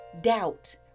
doubt